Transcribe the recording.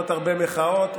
הרבה מחאות,